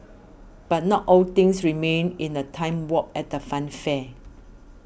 but not all things remain in a time warp at the funfair